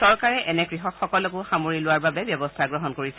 চৰকাৰে এনে কৃষকসকলকো সামৰি লোৱাৰ বাবে ব্যৱস্থা গ্ৰহণ কৰিছে